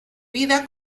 vida